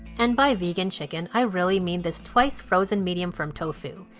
and by vegan chicken, i really mean this twice frozen medium firm tofu.